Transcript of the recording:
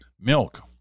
Milk